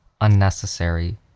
Unnecessary